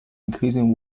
increasing